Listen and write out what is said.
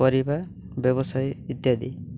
ପରିବା ବ୍ୟବସାୟୀ ଇତ୍ୟାଦି